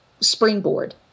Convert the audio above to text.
springboard